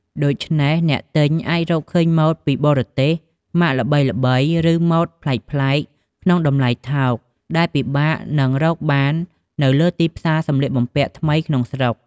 ដូច្នេះអ្នកទិញអាចរកឃើញម៉ូដពីបរទេស ម៉ាកល្បីៗ ឬម៉ូដប្លែកៗក្នុងតម្លៃថោក ដែលពិបាកនឹងរកបាននៅលើទីផ្សារសម្លៀកបំពាក់ថ្មីក្នុងស្រុក។